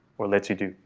or lets you do,